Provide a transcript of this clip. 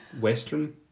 western